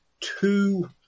two